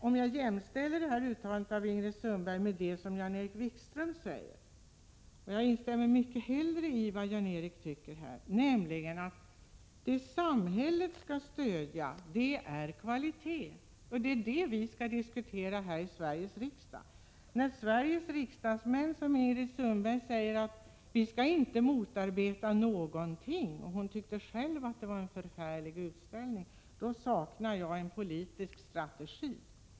Om jag jämför detta uttalande från Ingrid Sundberg med Jan-Erik Wikströms uttalande, instämmer jag hellre i vad Jan-Erik Wikström säger, nämligen att vad samhället skall stödja är kvalitet och att det är detta vi skall diskutera i Sveriges riksdag. När Ingrid Sundberg säger att vi inte skall motarbeta någonting — hon tyckte själv att det var en förfärlig utställning på Nationalmuseum — då saknar jag en politisk strategi.